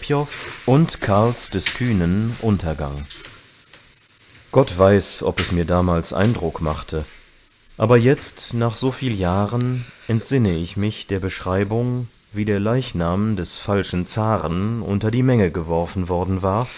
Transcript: und karls des kühnen untergang gott weiß ob es mir damals eindruck machte aber jetzt nach so viel jahren entsinne ich mich der beschreibung wie der leichnam des falschen zaren unter die menge geworfen worden war